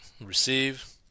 receive